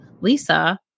Lisa